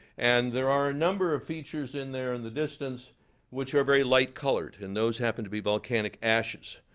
and there are a number of features in there in the distance which are very light colored. and those happen to be volcanic ashes.